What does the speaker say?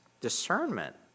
Discernment